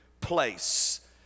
place